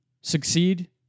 succeed